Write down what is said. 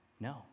No